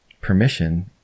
permission